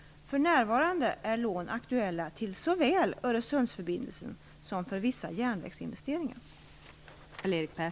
För närvarande är lån aktuella såväl till Öresundsförbindelsen som för vissa järnvägsinvesteringar.